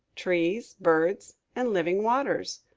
trees, birds and living waters.